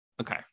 Okay